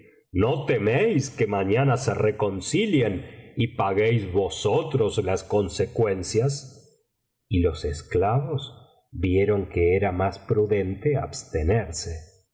no teméis que mañana se reconcilien y paguéis vosotros las consecuencias y los esclavos vieron que era más prudente abstenerse